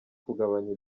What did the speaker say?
kugabanya